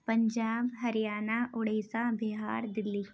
Punjab Haryana Orissa Bihar Delhi